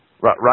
Right